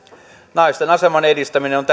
naisten aseman edistäminen on